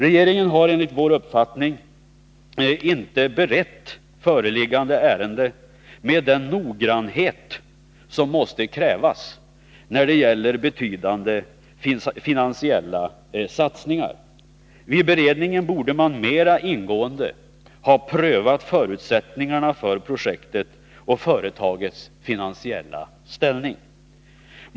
Regeringen har, enligt vår uppfattning, inte berett föreliggande ärende med den noggrannhet som måste krävas när det gäller betydande finansiella satsningar. Vid beredningen borde man mera ingående ha prövat förutsättningarna för projektet och företagets finansiella ställning.